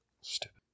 Stupid